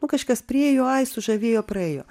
nu kažkas priėjo ai sužavėjo praėjo